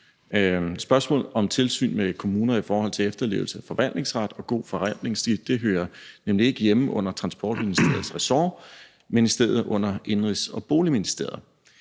Spørgsmål om tilsyn med kommuner i forhold til efterlevelse af forvaltningsret og god forvaltningsskik hører nemlig ikke hjemme under Transportministeriets ressort, men i stedet under Indenrigs- og Boligministeriet.